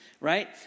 Right